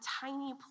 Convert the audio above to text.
tiny